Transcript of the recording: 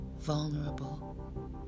vulnerable